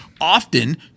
often